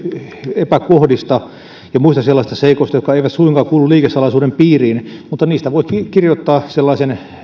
epäkohdista ja muista sellaisista seikoista jotka eivät suinkaan kuulu liikesalaisuuden piiriin mutta niistä voi kirjoittaa amerikkalaiseen malliin sellaisen